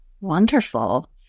Wonderful